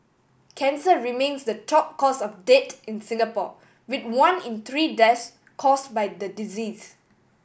cancer remains the top cause of death in Singapore with one in three deaths caused by the disease